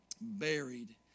Buried